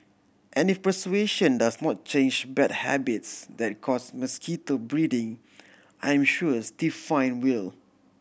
and if persuasion does not change bad habits that cause mosquito breeding I am sure a stiff fine will